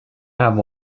have